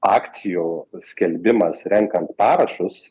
akcijų skelbimas renkant parašus